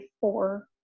four